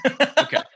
Okay